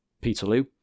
Peterloo